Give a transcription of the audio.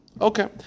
Okay